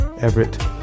Everett